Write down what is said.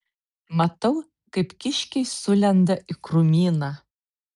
matau kaip kiškiai sulenda į krūmyną